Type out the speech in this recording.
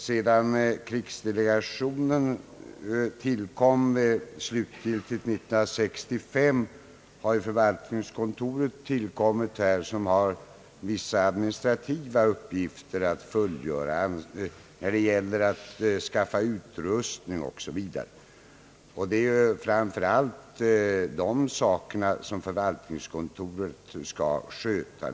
Sedan krigsdelegationen slutgiltigt inrättades år 1965 har förvaltningskontoret tillkommit och det har att fullgöra vissa administrativa uppgifter, att skaffa utrustning osv. Förvaltningskontoret har således framför allt att sköta administrativa uppgifter.